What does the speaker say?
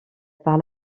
par